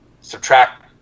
subtract –